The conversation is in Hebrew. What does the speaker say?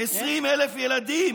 20,000 ילדים